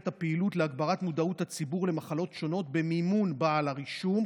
הפעילות להגברת מודעות הציבור למחלות שונות במימון בעל הרישום,